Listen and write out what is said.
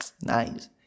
nice